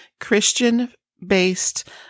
Christian-based